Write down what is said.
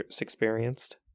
experienced